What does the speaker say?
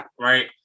right